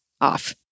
off